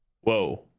Whoa